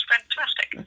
Fantastic